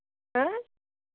आँय